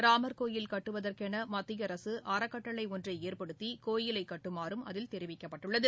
ராமா்கோவில் கட்டுவதற்கெனமத்தியஅரசுஅறக்கட்டளைஒன்றைஏற்படுத்தி கோவிலைகட்டுமாறும் அதில் தெரிவிக்கப்பட்டுள்ளது